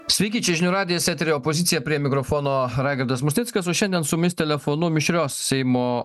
sveiki čia žinių radijas etery opozicija prie mikrofono raigardas musnickas o šiandien su mumis telefonu mišrios seimo